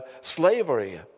slavery